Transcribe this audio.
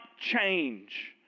change